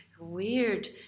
weird